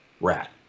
rat